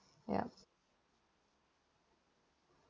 yup